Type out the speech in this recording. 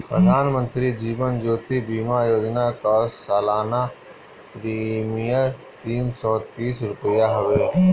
प्रधानमंत्री जीवन ज्योति बीमा योजना कअ सलाना प्रीमियर तीन सौ तीस रुपिया हवे